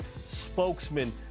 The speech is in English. spokesman